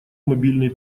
мобильный